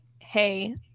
hey